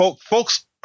folks